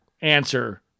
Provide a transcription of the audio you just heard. answer